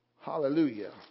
Hallelujah